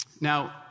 Now